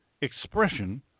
expression